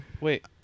Wait